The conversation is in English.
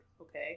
okay